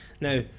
Now